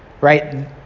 Right